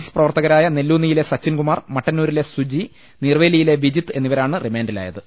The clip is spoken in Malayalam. എസ് പ്രവർത്തകരായ നെല്ലൂന്നിയിലെ സച്ചിൻകുമാർ മട്ടന്നൂരിലെ സുജി നീർവേലിയിലെ വിജിത്ത് എന്നി വരാണ് റിമാന്റിലായത്